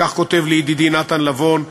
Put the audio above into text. כך כותב לי ידידי נתן לבון.